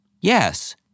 yes